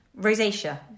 rosacea